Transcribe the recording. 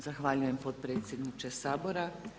Zahvaljujem potpredsjedniče Sabora.